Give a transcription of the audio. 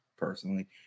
personally